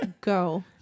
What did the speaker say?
go